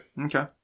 okay